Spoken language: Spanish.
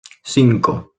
cinco